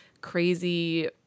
crazy